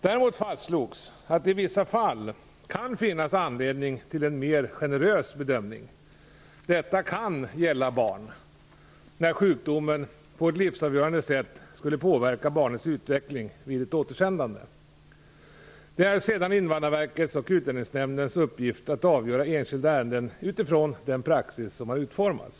Däremot fastslogs att det i vissa fall kan finnas anledning till en mer generös bedömning. Detta kan gälla barn, när sjukdomen på ett livsavgörande sätt skulle påverka barnets utveckling vid ett återsändande. Det är sedan Invandrarverkets och Utlänningsnämndens uppgift att avgöra enskilda ärenden utifrån den praxis som utformats.